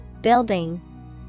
Building